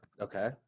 Okay